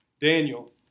Daniel